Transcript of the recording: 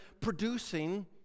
producing